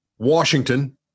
Washington